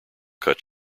cut